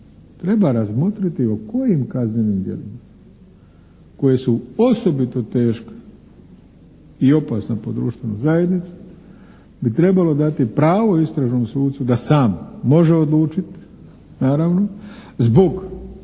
Treba razmotriti o kojim kaznenim djelima koje su osobito teška i opasna po društvenu zajednicu bi trebalo dati pravo istražnom sucu da sam može odlučit, naravno, zbog